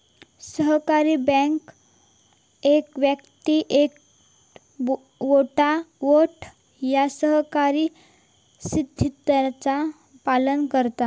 सहकारी बँका एक व्यक्ती एक वोट या सहकारी सिद्धांताचा पालन करतत